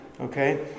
okay